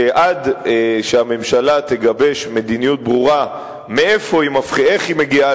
שעד שהממשלה תגבש מדיניות ברורה מאיפה ואיך היא מגיעה